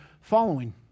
following